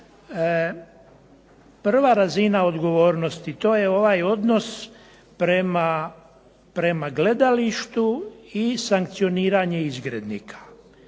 Prva razina odgovornosti, to je ovaj odnos prema gledalištu i sankcioniranje izgrednika.